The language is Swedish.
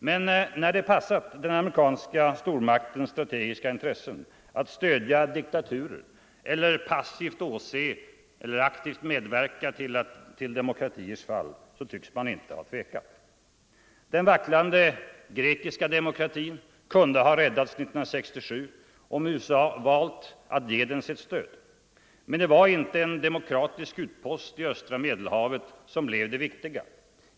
Men där det passat den amerikanska stormaktens strategiska intressen att stödja diktaturer och passivt åse eller aktivt medverka till demokratiers fall, tycks man inte ha tvekat. Den vacklande grekiska demokratin kunde ha räddats 1967 om USA valt att ge den sitt stöd. Men det var inte en demokratisk utpost i östra Medelhavet som blev det viktiga.